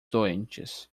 doentes